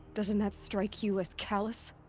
doesn't that strike you as callous?